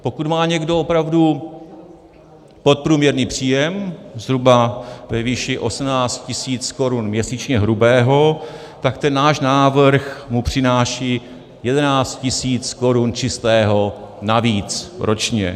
Pokud má někdo opravdu podprůměrný příjem zhruba ve výši 18 tisíc korun měsíčně hrubého, tak náš návrh mu přináší 11 tisíc korun čistého navíc ročně.